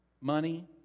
Money